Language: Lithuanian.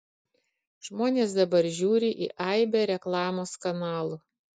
žmonės dabar žiūri į aibę reklamos kanalų